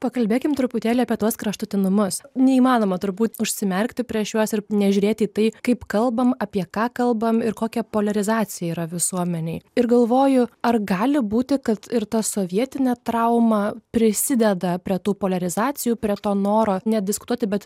pakalbėkim truputėlį apie tuos kraštutinumus neįmanoma turbūt užsimerkti prieš juos ir nežiūrėti į tai kaip kalbam apie ką kalbam ir kokia poliarizacija yra visuomenėj ir galvoju ar gali būti kad ir ta sovietinė trauma prisideda prie tų poliarizacijų prie to noro nediskutuoti bet